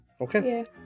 Okay